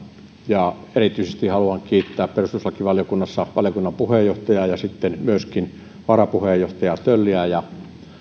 ja erityisesti haluan kiittää perustuslakivaliokunnassa valiokunnan puheenjohtajaa ja sitten myöskin varapuheenjohtaja tölliä